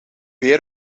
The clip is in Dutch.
weer